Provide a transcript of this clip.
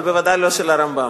אבל בוודאי לא של הרמב"ם,